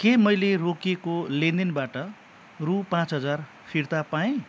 के मैले रोकिएको लेनदेनबाट रु पाँच हजार फिर्ता पाएँ